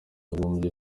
yagombye